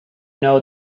know